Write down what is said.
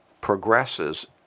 progresses